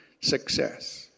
success